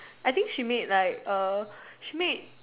I think she made like err she made